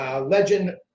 Legend